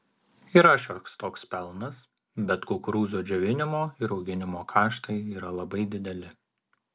yra šioks toks pelnas bet kukurūzų džiovinimo ir auginimo kaštai yra labai dideli